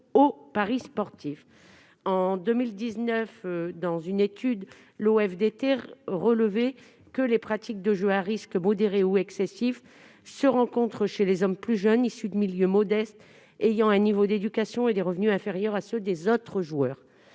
aux paris sportifs. En 2019, l'OFDT relevait dans une étude que les pratiques de jeu à risque modéré ou excessif se rencontrent chez les hommes plus jeunes, issus de milieux modestes, ayant un niveau d'éducation et des revenus inférieurs à ceux des autres joueurs.